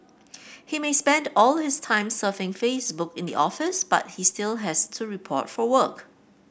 he may spend all his time surfing Facebook in the office but he still has to report for work